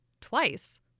Twice